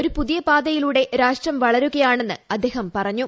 ഒരു പുതിയ പാതയിലൂടെ രാഷ്ട്രം വളരുകയാണെന്ന് അദ്ദേഹം പറഞ്ഞു